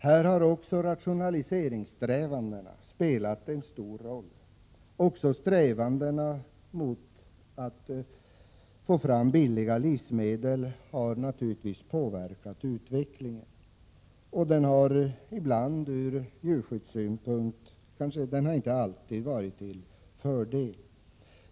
Här har också rationaliseringssträvandena spelat en stor roll. Strävandena för att få fram billigare livsmedel har naturligtvis också påverkat utvecklingen. Ur djurskyddssynpunkt har det inte alltid varit fördelaktigt.